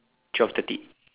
twelve thirty